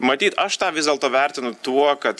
matyt aš tą vis dėlto vertinu tuo kad